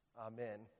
Amen